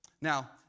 Now